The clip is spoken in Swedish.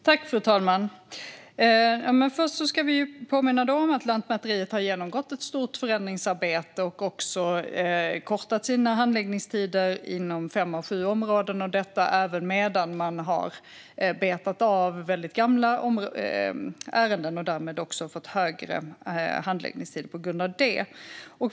Fru talman! Först ska vi påminna om att Lantmäteriet har genomgått ett stort förändringsarbete och kortat sina handläggningstider inom fem av sju områden. Detta har skett när man har betat av gamla ärenden och därmed fått längre handläggningstider på grund av det arbetet.